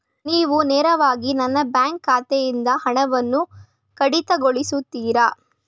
ನೀವು ನೇರವಾಗಿ ನನ್ನ ಬ್ಯಾಂಕ್ ಖಾತೆಯಿಂದ ಹಣವನ್ನು ಕಡಿತಗೊಳಿಸುತ್ತೀರಾ?